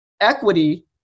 equity